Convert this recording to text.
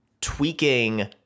tweaking